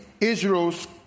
Israel's